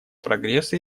прогресса